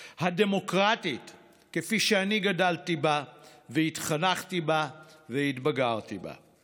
הדמוקרטית כפי שאני גדלתי בה והתחנכתי בה והתבגרתי בה.